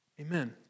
Amen